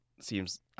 seems